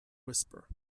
whisper